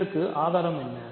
இதற்கு ஆதாரம் என்ன